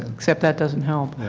except that doesn't help.